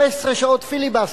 15 שעות פיליבסטר.